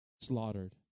slaughtered